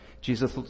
Jesus